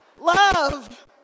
love